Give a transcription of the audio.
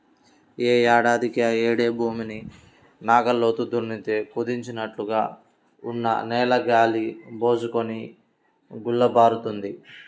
యే ఏడాదికాయేడు భూమిని నాగల్లతో దున్నితే కుదించినట్లుగా ఉన్న నేల గాలి బోసుకొని గుల్లబారుతుంది